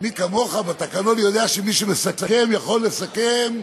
מי כמוך, בתקנון, יודע שמי שמסכם, יכול לסכם,